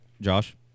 Josh